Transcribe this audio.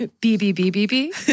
B-B-B-B-B